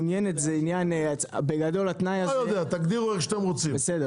זה עניין -- לא יודע תגדירו איך שאתם רוצים,